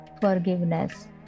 forgiveness